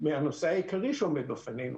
מהנושא העיקרי שעומד בפנינו